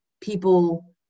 people